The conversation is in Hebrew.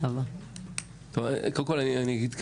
קודם כל אני אגיד,